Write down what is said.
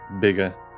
bigger